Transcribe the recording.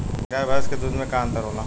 गाय भैंस के दूध में का अन्तर होला?